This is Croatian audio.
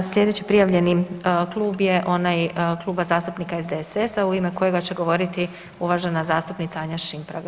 Sljedeći prijavljeni klub je onaj Kluba zastupnika SDSS-a u ime kojega će govoriti uvažena zastupnica Anja Šimpraga.